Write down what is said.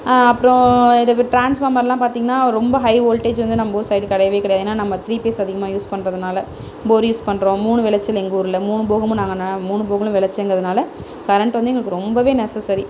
அப்றம் இதுவே ட்ரான்ஸ்ஃபார்மர்லாம் பார்த்தீங்கன்னா ரொம்ப ஹை வோல்டேஜ் வந்து நம்ம ஊர் சைடு கிடையவே கிடையாது ஏன்னா நம்ம த்ரீ பேஸ் அதிகமாக யூஸ் பண்ணுறதனால போர் யூஸ் பண்ணுறோம் மூணு வெளைச்சல் எங்கள் ஊரில் மூணு போகமும் நாங்கள் ந மூணு போகமும் வெளைச்சங்கறதுனால கரெண்ட் வந்து எங்களுக்கு ரொம்ப நெஸசரி